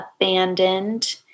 abandoned